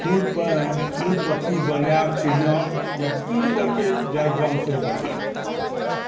फूल फूलपत्ति बनाएब चिड़िया या विभिन्न तरहकेँ डाइग्राम सेहो बनबैए